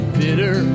bitter